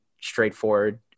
straightforward